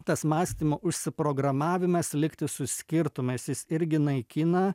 tas mąstymo užsiprogramavimas likti su skirtumais jis irgi naikina